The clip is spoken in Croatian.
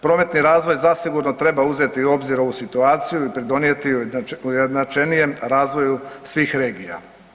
Prometni razvoj zasigurno treba uzeti u obzir ovu situaciju i pridonijeti ujednačenijem razvoju svih regija.